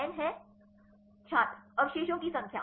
n है छात्र अवशेषों की संख्या